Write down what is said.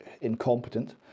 incompetent